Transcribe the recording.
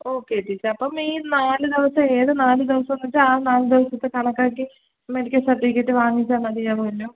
okay teacher അപ്പം ഈ നാല് ദിവസം ഏത് നാല് ദിവസമെന്ന് വെച്ചാൽ ആ നാല് ദിവസത്തെ കണക്കാക്കി മെഡിക്കൽ സർട്ടിഫിക്കറ്റ് വാങ്ങിച്ചാൽ മതിയാവുവല്ലോ